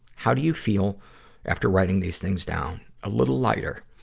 how do you feel after writing these things down? a little lighter,